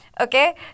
okay